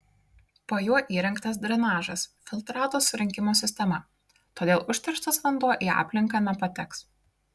po juo įrengtas drenažas filtrato surinkimo sistema todėl užterštas vanduo į aplinką nepateks